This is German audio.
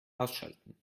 ausschalten